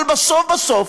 אבל בסוף בסוף,